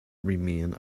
remain